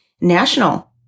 national